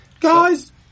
Guys